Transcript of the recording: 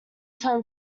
term